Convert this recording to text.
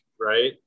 right